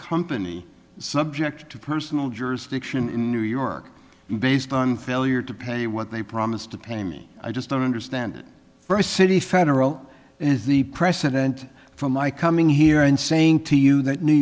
company subject to personal jurisdiction in new york based on failure to pay what they promise to pay me i just don't understand it for a city federal is the president from my coming here and say saying to you that new